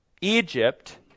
Egypt